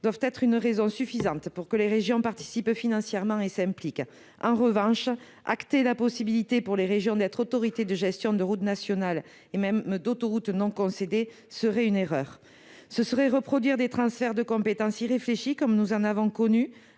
doivent être une raison suffisante pour que les régions participent financièrement et s'impliquent. En revanche, acter la possibilité pour les régions d'être autorités de gestion de routes nationales, et même d'autoroutes non concédées, serait une erreur. En effet, cela reviendrait à reproduire des transferts de compétences irréfléchis, comme nous en avons connus,